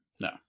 No